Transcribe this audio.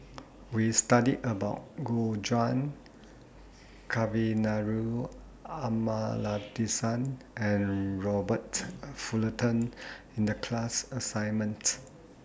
We studied about Gu Juan Kavignareru Amallathasan and Robert Fullerton in The class assignment